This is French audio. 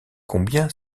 combien